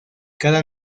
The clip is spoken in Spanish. cada